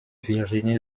virginie